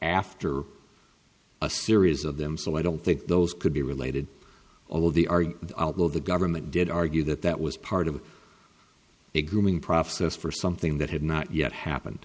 after a series of them so i don't think those could be related all of the our the government did argue that that was part of a grooming process for something that had not yet happened